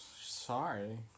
Sorry